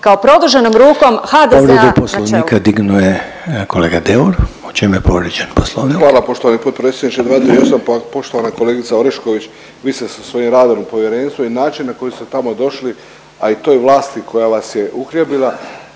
kao produženom rukom HDZ-a na čelu.